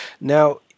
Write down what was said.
Now